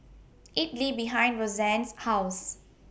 Idili behind Rosanne's House